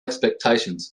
expectations